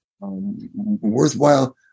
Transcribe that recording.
worthwhile